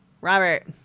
Robert